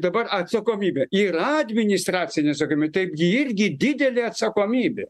dabar atsakomybė yra administracinė atsakomybė tai ji irgi didelė atsakomybė